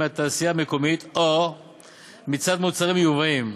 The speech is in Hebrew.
מהתעשייה המקומית או מצד מוצרים מיובאים.